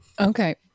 Okay